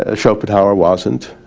ah schopenhauer wasn't,